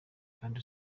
kandi